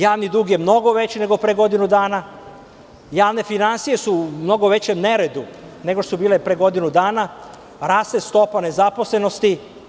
Javni dug je mnogo veći nego pre godinu dana, javne finansije su mnogo veće, u neredu, nego što su bile pre godinu dana, raste stopa nezaposlenosti.